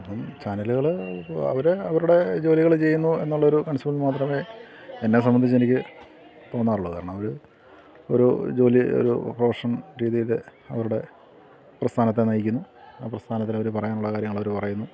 അപ്പം ചാനലുകൾ അവർ അവരുടെ ജോലികൾ ചെയ്യുന്നു എന്നുള്ള ഒരു കൺസേൺ മാത്രമേ എന്നെ സംബന്ധിച്ചു എനിക്ക് തോന്നാറുള്ളൂ കാരണം അവർ ഒരു ജോലി ഒരു പ്രൊഫഷൻ രീതിയിൽ അവരുടെ പ്രസ്ഥാനത്തെ നയിക്കുന്നു ആ പ്രസ്ഥാനത്തിൽ അവർ പറയാനുള്ള കാര്യങ്ങൾ അവർ പറയുന്നു